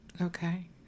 Okay